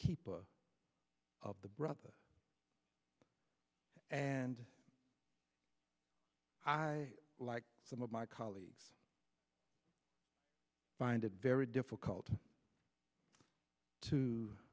keeper of the brother and i like some of my colleagues find it very difficult to